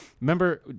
Remember